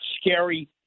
scary